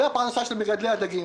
זה הפרנסה של מגדלי הדגים.